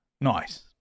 Nice